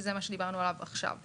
שזה מה שדיברנו עליו עכשיו.